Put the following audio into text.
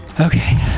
Okay